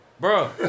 Bro